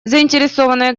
заинтересованные